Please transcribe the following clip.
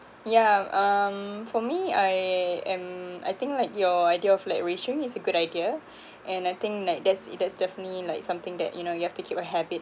yeah um for me I am I think like your idea of like rationing is a good idea and I think like that's it that's definitely like something that you know you have to keep a habit